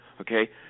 okay